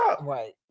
Right